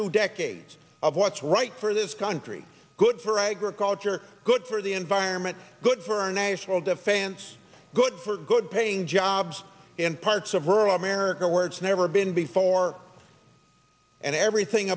two decades of what's right for this country good for a great culture good for the environment good for our national defense good for good paying jobs in parts of rural america where it's never been before and everything